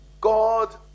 God